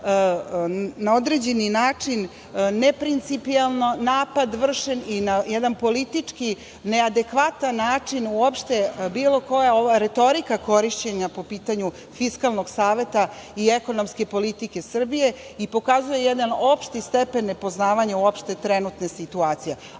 na određeni način neprincipijelno napad vršen i na jedan politički neadekvatan način uopšte, bilo koja retorika korišćenja po pitanju Fiskalnog saveta i ekonomske politike Srbije i pokazuje jedan opšti stepen nepoznavanja uopšte trenutne situacije,